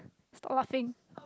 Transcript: stop laughing